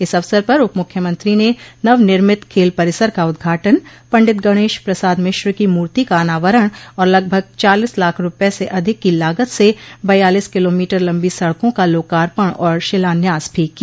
इस अवसर पर उप मुख्यमंत्री ने नव निर्मित खेल परिसर का उद्घाटन पंडित गणेश प्रसाद मिश्र की मूर्ति का अनावरण और लगभग चालीस लाख रूपये से अधिक की लागत से बयालीस किलोमीटर लम्बी सड़कों का लोकार्पण और शिलान्यास भी किया